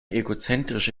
egozentrische